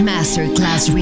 Masterclass